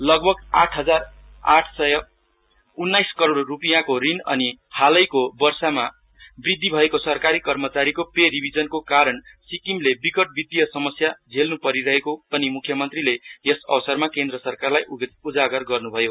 लगभग आठ हजार आठ सय उन्नाईस करोड़ रूपियाँको ऋण अनि हालैको वर्षमा बृधि भएको सरकारी कर्मचारीको पे रिभिजनको कारण सिक्किमले विकट वितिय समस्या झेल्न् परिरहेको पनि म्ख्यमन्त्रीले यस अवसरमा केन्द्र सरकारलाई उजागर गर्नभयो